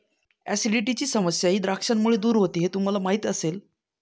ऍसिडिटीची समस्याही द्राक्षांमुळे दूर होते हे तुम्हाला माहिती असेल